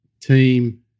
team